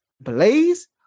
Blaze